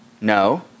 No